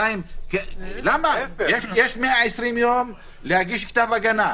יש 120 יום להגיש כתב הגנה.